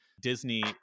Disney